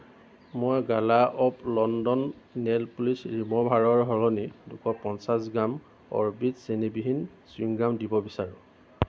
মই Gala of London nail polish ৰিম'ভাৰৰ সলনি দুশ পঞ্চাছ গ্ৰাম অ'ৰবিট চেনিবিহীন চ্যুইং গাম দিব বিচাৰোঁ